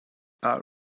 are